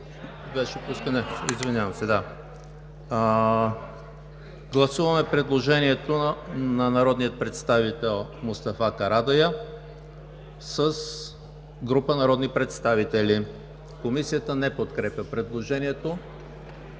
Гласуваме предложението на народния представител Мустафа Карадайъ и група народни представители. Комисията не подкрепя предложението.